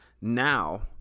now